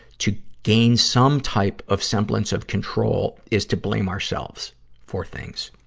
to gain some type of semblance of control is to blame ourselves for things.